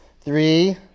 Three